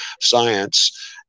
science